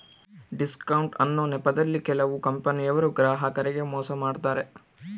discount ಅನ್ನೊ ನೆಪದಲ್ಲಿ ಕೆಲವು ಕಂಪನಿಯವರು ಗ್ರಾಹಕರಿಗೆ ಮೋಸ ಮಾಡತಾರೆ